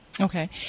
Okay